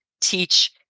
teach